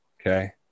Okay